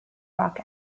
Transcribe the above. rock